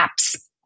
apps